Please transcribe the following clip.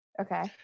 Okay